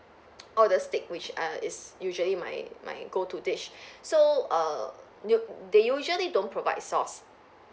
ordered steak which err is usually my my go-to dish so err new~ they usually don't provide sauce